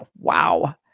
wow